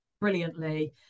brilliantly